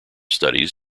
studies